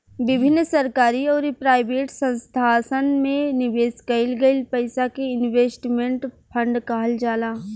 विभिन्न सरकारी अउरी प्राइवेट संस्थासन में निवेश कईल गईल पईसा के इन्वेस्टमेंट फंड कहल जाला